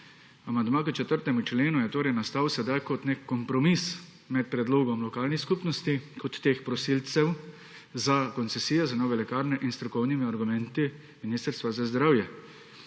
amandma k 4. členu je nastal kot nek kompromis med predlogom lokalne skupnosti kot prosilcev za koncesije za nove lekarne in strokovnimi argumenti Ministrstva za zdravje.